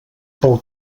pel